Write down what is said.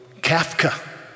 Kafka